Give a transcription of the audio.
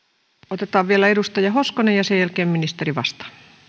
otetaan vielä edustaja hoskonen ja sen jälkeen ministeri vastaa arvoisa